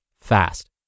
fast